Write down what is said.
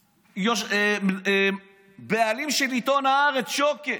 לשמוע, הבעלים של עיתון הארץ, שוקן,